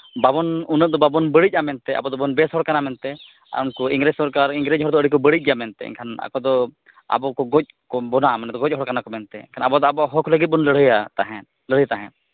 ᱵᱟᱵᱚᱱ ᱩᱱᱟᱹᱜ ᱫᱚ ᱵᱟᱵᱚᱱ ᱵᱟᱹᱲᱤᱡᱼᱟ ᱢᱮᱱᱛᱮ ᱟᱵᱚ ᱫᱚᱵᱚᱱ ᱵᱮᱥ ᱦᱚᱲ ᱠᱟᱱᱟ ᱢᱮᱱᱛᱮ ᱟᱨ ᱩᱱᱠᱩ ᱤᱝᱨᱮᱹᱡᱽ ᱥᱚᱨᱠᱟᱨ ᱤᱝᱨᱮᱹᱡᱽ ᱦᱚᱲ ᱫᱚ ᱟᱹᱰᱤ ᱠᱚ ᱵᱟᱹᱲᱤᱡᱽ ᱜᱮᱭᱟ ᱢᱮᱱᱛᱮ ᱮᱱᱠᱷᱟᱱ ᱟᱠᱚ ᱫᱚ ᱟᱵᱚ ᱠᱚ ᱜᱚᱡ ᱵᱚᱱᱟ ᱢᱟᱱᱮ ᱫᱚ ᱜᱚᱡ ᱦᱚᱲ ᱠᱟᱱᱟ ᱢᱮᱱᱛᱮ ᱮᱱᱠᱷᱟᱱ ᱟᱵᱚ ᱫᱚ ᱟᱵᱚᱣᱟᱜ ᱦᱚᱠ ᱞᱟᱹᱜᱤᱫ ᱵᱚᱱ ᱞᱟᱹᱲᱦᱟᱹᱭᱟ ᱛᱟᱦᱮᱸᱫ ᱞᱟᱹᱲᱦᱟᱹᱭ ᱛᱟᱦᱮᱸᱫ